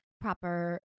proper